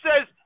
says